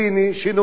שנולדתי פה,